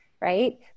right